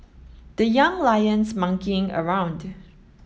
the Young Lions monkeying around